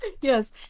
Yes